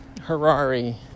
Harari